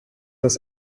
das